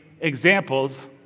examples